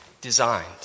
designed